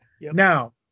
Now